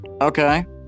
Okay